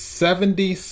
seventy